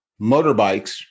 motorbikes